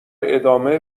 ادامه